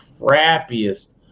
crappiest